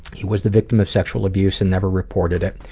he was the victim of sexual abuse and never reported it.